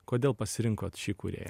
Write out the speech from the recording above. kodėl pasirinkot šį kūrėją